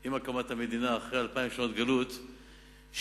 עם הקמת המדינה אחרי אלפיים שנות גלות שמרו,